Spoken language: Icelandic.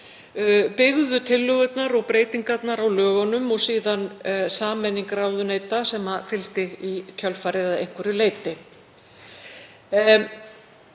byggðu tillögurnar og breytingarnar á lögunum og síðan sameining ráðuneyta sem fylgdi í kjölfarið að einhverju leyti.